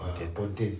pontian